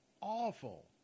awful